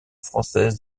française